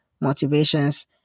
motivations